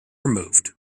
removed